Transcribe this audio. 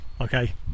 Okay